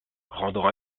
rendant